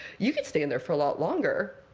you could stay in there for a lot longer,